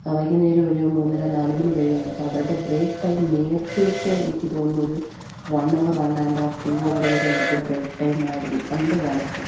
വൈകുന്നേരം ഒരു മൂന്നര നാല് മണി വരെയുണ്ട് അപ്പോള് അവരുടെ ബ്രേക്ക് ടൈം നേരത്തെയൊക്കെ എനിക്ക് തോന്നുന്നു ഒരു one hour one and half two hour വരെ അവർക്ക് ബ്രേക്ക് ടൈമായിരുന്നു പണ്ടുകാലത്ത്